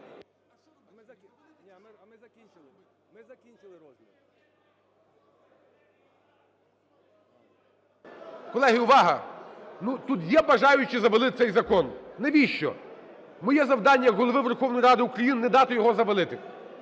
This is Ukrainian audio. Колеги, увага! Ну, тут є бажаючі завалити цей закон? Навіщо? Моє завдання як Голови Верховної Ради України – не дати його завалити.